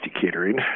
catering